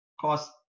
cost